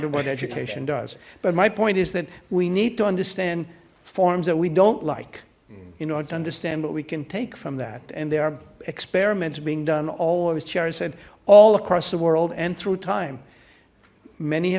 what education does but my point is that we need to understand forms that we don't like you know to understand what we can take from that and there are experiments being done all those chairs set all across the world and through time many